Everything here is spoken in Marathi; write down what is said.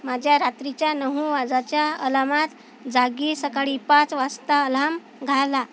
माझ्या रात्रीच्या नऊ वाजताच्या अलामात जागी सकाळी पाच वाजताचा अल्हाम घाल